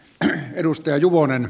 me edustaja juvonen